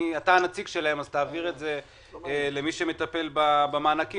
תעביר למי שמטפל במענקים,